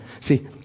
see